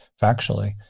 factually